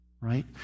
right